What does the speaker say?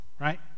right